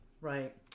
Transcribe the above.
right